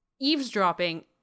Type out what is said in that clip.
eavesdropping